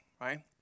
right